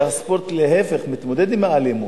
שהספורט מתמודד עם האלימות.